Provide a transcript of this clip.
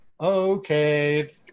Okay